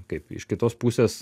kaip iš kitos pusės